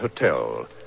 Hotel